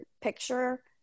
picture